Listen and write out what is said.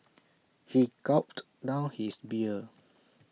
he gulped down his beer